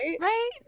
right